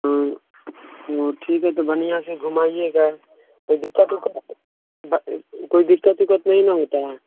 ठीक है तो बढ़िया से घुमाइएगा कोई दिक्कत उक्कत द कोई दिक्कत उक्कत नहीं ना होता है